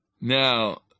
Now